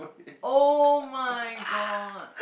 [oh]-my-god